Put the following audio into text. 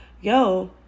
yo